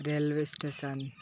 railway station